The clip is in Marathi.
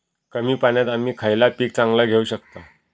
कमी पाण्यात आम्ही खयला पीक चांगला घेव शकताव?